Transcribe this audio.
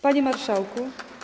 Panie Marszałku!